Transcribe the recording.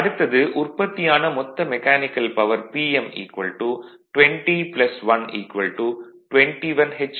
அடுத்தது உற்பத்தியான மொத்த மெக்கானிக்கல் பவர் Pm 201 21 எச்